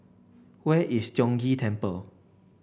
where is Tiong Ghee Temple